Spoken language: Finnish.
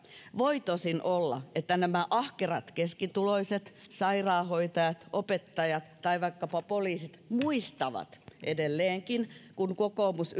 voi tosin olla että nämä ahkerat keskituloiset sairaanhoitajat opettajat tai vaikkapa poliisit muistavat edelleenkin kun kokoomus